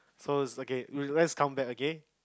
pose okay err let's count back again